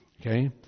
okay